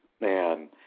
man